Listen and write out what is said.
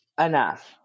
enough